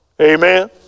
Amen